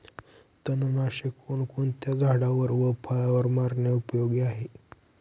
तणनाशक कोणकोणत्या झाडावर व फळावर मारणे उपयोगी आहे?